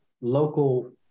local